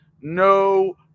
No